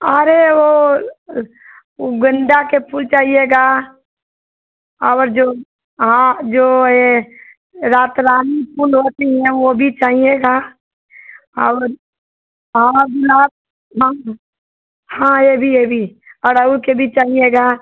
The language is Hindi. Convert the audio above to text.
अरे वो उ गेंदा के फूल चाहिएगा और जो हाँ जो ए रातरानी फूल होती है वो भी चाहिएगा और हाँ ये भी ये भी और के भी चाहिएगा